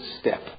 step